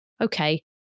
Okay